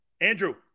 Andrew